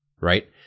right